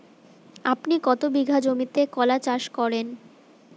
আপনি কত বিঘা জমিতে কলা চাষ করেন?